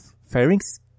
Pharynx